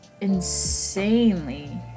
insanely